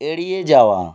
এড়িয়ে যাওয়া